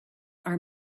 are